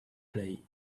play